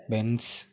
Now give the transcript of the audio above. Benz